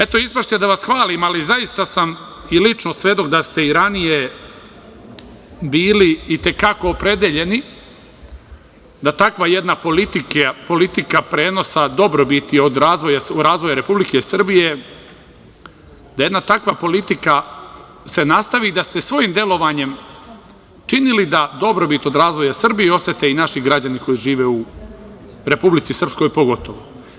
Eto, ispašće da vas hvalim, ali zaista sam i lično svedok da ste i ranije bili i te kako opredeljeni da takva jedna politika prenosa dobrobiti razvoja Republike Srbije, da jedna takva politika se nastavi, da ste svojim delovanjem činili da dobrobit od razvoja Srbije osete i naši građani koji žive u Republici Srpskoj, pogotovo.